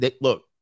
look